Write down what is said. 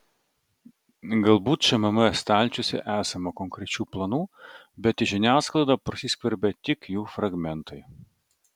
galbūt šmm stalčiuose esama konkrečių planų bet į žiniasklaidą prasiskverbia tik jų fragmentai